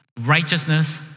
righteousness